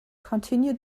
continue